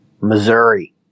Missouri